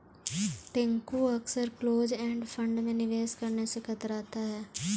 टिंकू अक्सर close end fund में निवेश करने से कतराता है